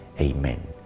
Amen